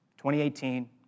2018